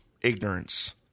ignorance